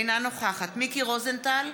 אינה נוכחת מיקי רוזנטל,